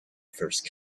first